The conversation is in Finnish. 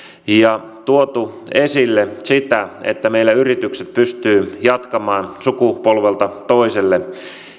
ja tuotu esille sitä että meillä yritykset pystyvät jatkamaan sukupolvelta toiselle